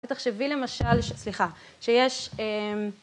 תחשבי למשל, סליחה, שיש